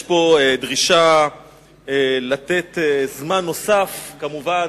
יש פה דרישה לתת זמן נוסף, כמובן,